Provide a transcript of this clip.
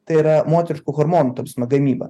tai yra moteriškų hormonų ta prasme gamyba